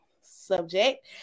subject